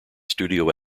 studio